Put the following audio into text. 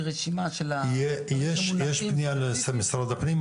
רשימה של המונחים --- יש פנייה למשרד הפנים,